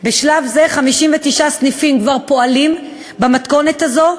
בשלב זה 59 סניפים כבר פועלים במתכונת הזו,